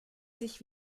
sich